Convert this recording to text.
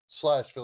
slash